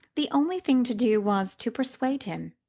the only thing to do was to persuade him,